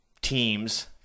teams